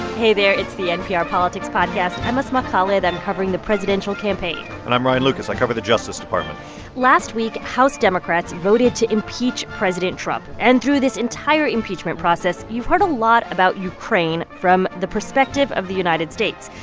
hey there. it's the npr politics podcast. i'm asma khalid. i'm covering the presidential campaign and i'm ryan lucas. i cover the justice department last week, house democrats voted to impeach president trump, and through this entire impeachment process, you've heard a lot about ukraine from the perspective of the united states.